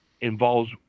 involves